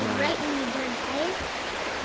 right when you're done, say it?